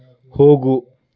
ಹೋಗು